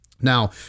Now